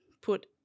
put